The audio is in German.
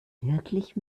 wirklich